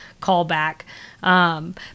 callback